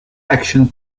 action